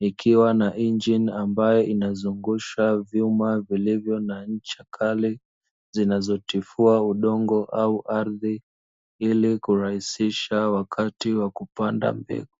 ikiwa ina injini ambayo inazungusha vyuma vilivyo na ncha kali, vinavyotifua udongo au ardhi ili kurahisisha wakati wa kupanda mbegu.